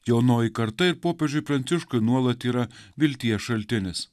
jaunoji karta ir popiežiui pranciškui nuolat yra vilties šaltinis